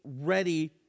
Ready